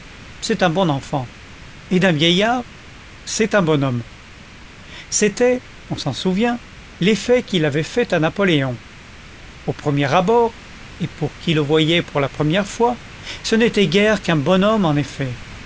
c'est un bon enfant et d'un vieillard c'est un bonhomme c'était on s'en souvient l'effet qu'il avait fait à napoléon au premier abord et pour qui le voyait pour la première fois ce n'était guère qu'un bonhomme en effet